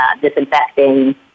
disinfecting